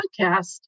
podcast